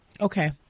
Okay